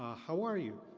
ah how are you,